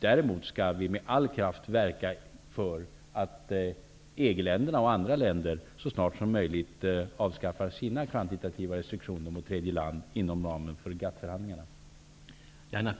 Däremot skall vi med all kraft verka för att EG-länderna och andra länder så snart som möjligt avskaffar sina kvantitativa restriktioner mot tredje land inom ramen för GATT